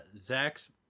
Zach's